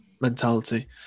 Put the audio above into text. mentality